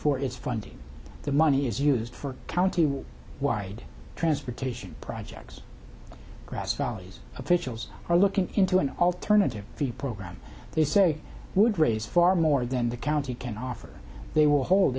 for its funding the money is used for county world wide transportation projects grass valleys officials are looking into an alternative the program they say would raise far more than the county can offer they will hold